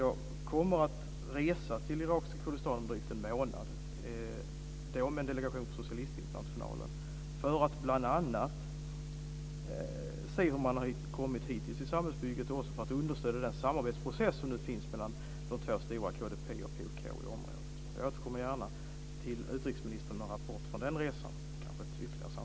Jag kommer att resa med en delegation från Socialistinternationalen till irakiska Kurdistan om drygt en månad för att bl.a. se hur långt man hittills har kommit i samhällsbygget och för att understödja samarbetsprocessen mellan de två stora parterna KDP och PUK. Jag återkommer gärna till utrikesministern med en rapport från den resan.